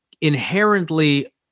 inherently